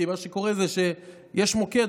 כי מה שקורה זה שיש מוקד,